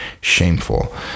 shameful